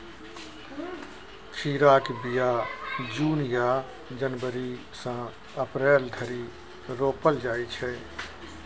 खीराक बीया जुन या जनबरी सँ अप्रैल धरि रोपल जाइ छै